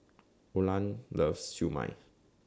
Oland loves Siew Mai